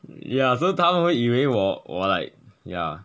ya so 他们会以为我我 like ya